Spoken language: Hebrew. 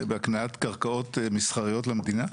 בהקניית קרקעות מסחריות למדינה?